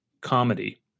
Comedy